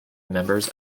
members